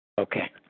Okay